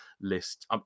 list